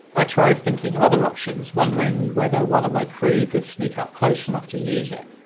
ah tried thinking of other options, wondering whether one of my crew could sneak up close enough to use it.